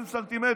30 ס"מ.